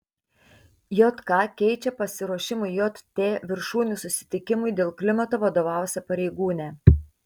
jk keičia pasiruošimui jt viršūnių susitikimui dėl klimato vadovausią pareigūnę